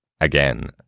again